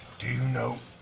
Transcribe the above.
do you know,